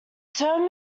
term